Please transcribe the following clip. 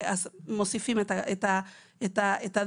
לפיהן מוסיפים את הדלתא.